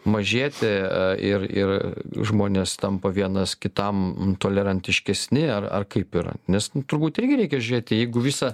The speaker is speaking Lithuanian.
mažėti ir ir žmonės tampa vienas kitam tolerantiškesni ar ar kaip yra nes turbūt irgi reikia žiūrėti jeigu visą